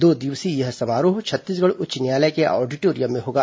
दो दिवसीय यह समारोह छत्तीसगढ़ उच्च न्यायालय के ऑडिटोरियम में होगा